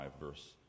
verse